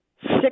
six